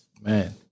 Man